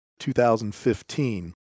2015